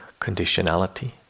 conditionality